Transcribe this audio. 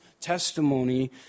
testimony